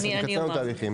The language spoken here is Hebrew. זה יקצר לנו תהליכים.